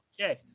Okay